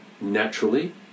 naturally